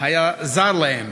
היה זר להם